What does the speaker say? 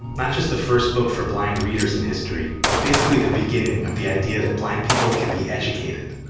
not just the first book for blind readers in history, but basically the beginning of the idea that blind people can be educated.